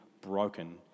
broken